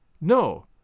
No